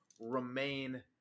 remain